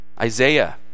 Isaiah